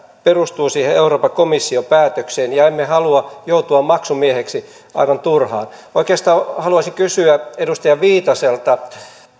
perustuu euroopan komission päätökseen emmekä halua joutua maksumieheksi aivan turhaan oikeastaan haluaisin kysyä edustaja viitaselta